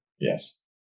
Yes